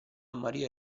maria